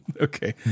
Okay